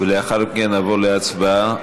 לאחר מכן נעבור להצבעה.